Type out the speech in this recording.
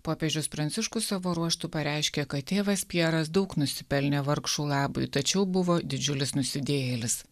popiežius pranciškus savo ruožtu pareiškė kad tėvas pjeras daug nusipelnė vargšų labui tačiau buvo didžiulis nusidėjėlis